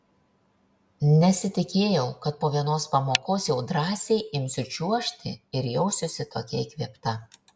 nesitikėjau kad po vienos pamokos jau drąsiai imsiu čiuožti ir jausiuosi tokia įkvėpta